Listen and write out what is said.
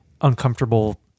uncomfortable